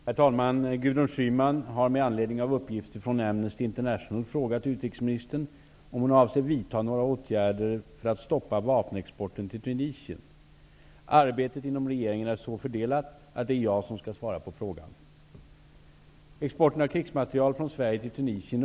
Herr talman! Gudrun Schyman har med anledning av uppgifter från Amnesty International frågat utrikesministern om hon avser vidta några åtgärder för att stoppa vapenexporten till Tunisien. Arbetet inom regeringen är så fördelat att det är jag som skall svara på frågan.